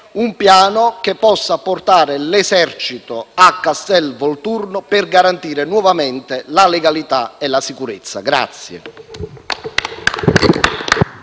un piano che possa portare l'Esercito a Castelvolturno, per garantire nuovamente la legalità e la sicurezza.